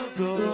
go